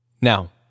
Now